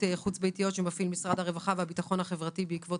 חוץ ביתיות שמפעיל משרד הרווחה והביטחון החברתי בעקבות